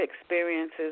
experiences